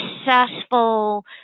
successful